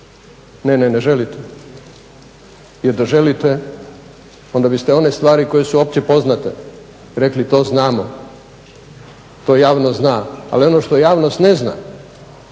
ne, ne želite jer da želite onda biste one stvari koje su opće poznate rekli to znamo, to javnost zna. Ali ono što javnost ne zna